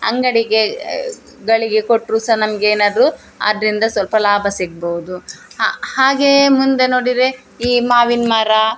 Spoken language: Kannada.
ಅಂಗಡಿಗೆ ಗಳಿಗೆ ಕೊಟ್ಟರು ಸಹ ನಮ್ಗೆ ಏನಾದರು ಅದರಿಂದ ಸ್ವಲ್ಪ ಲಾಭ ಸಿಗ್ಬೌದು ಹಾಗೇ ಮುಂದೆ ನೋಡಿದ್ರೆ ಈ ಮಾವಿನ ಮರ